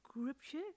scripture